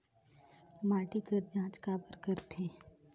माटी कर जांच काबर करथे?